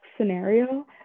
scenario